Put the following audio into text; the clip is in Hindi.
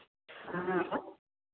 हाँ